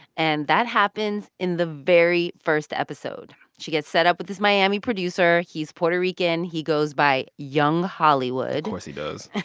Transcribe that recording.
and that happens in the very first episode. she gets set up with this miami producer. he's puerto rican. he goes by young hollywood of course he does and